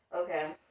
Okay